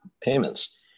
payments